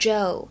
Joe